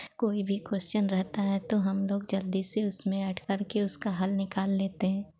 कोई भी कोस्चन रहता है तो हम लोग जल्दी से उसमें ऐड करके उसका हल निकाल लेते हैं